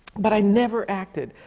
but i never acted.